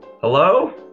Hello